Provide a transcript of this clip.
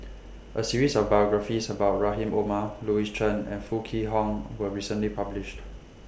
A series of biographies about Rahim Omar Louis Chen and Foo Kwee Horng was recently published